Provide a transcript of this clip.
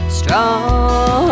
strong